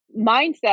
mindset